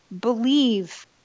believe